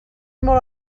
molt